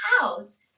house